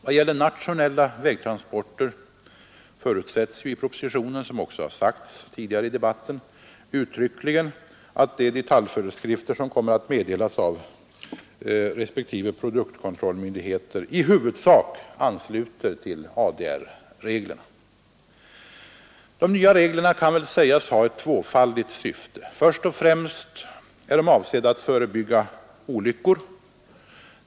Vad gäller nationella vägtransporter förutsätts i propositionen, som också har sagts tidigare i debatten, uttryckligen att de detaljföreskrifter som kommer att meddelas av respektive produktkontrollmyndigheter i huvudsak ansluter till ADR reglerna. De nya reglerna kan sägas ha ett tvåfaldigt syfte. Först och främst är de avsedda att förebygga olyckor.